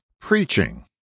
Preaching